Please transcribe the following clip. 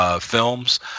films